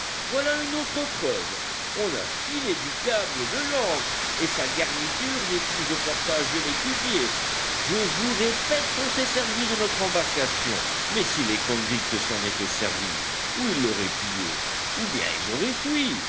voilà une autre preuve on a filé du câble de l'ancre et sa garniture n'est plus au portage de l'écubier je vous répète qu'on s'est servi de notre embarcation mais si les convicts s'en étaient servis ou ils l'auraient pillée ou bien ils auraient fui